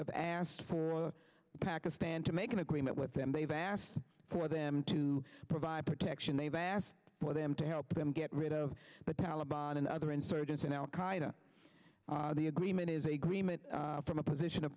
have asked for pakistan to make an agreement with them they've asked for them to provide protection they've asked for them to help them get rid of the taliban and other insurgents and al qaida the agreement is a green it from a position